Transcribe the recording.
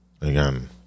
Again